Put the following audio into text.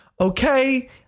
okay